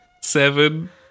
seven